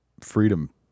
Freedom